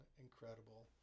incredible